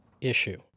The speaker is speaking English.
issue